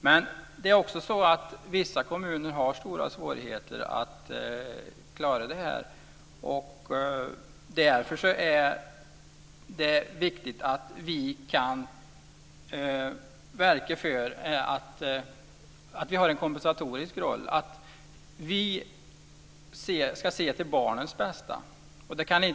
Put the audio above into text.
Men vissa kommuner har stora svårigheter att klara detta. Därför är det viktigt att vi kan spela en kompensatorisk roll. Vi ska se till barnens bästa.